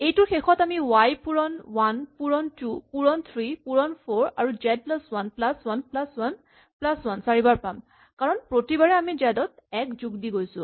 এইটোৰ শেষত আমি ৱাই পূৰণ ৱান পূৰণ টু পূৰণ থ্ৰী পূৰণ ফ'ৰ আৰু Z plus one plus one plus one plus one চাৰিবাৰ পাম কাৰণ প্ৰতিবাৰে আমি জেড ত এক যোগ দি গৈছো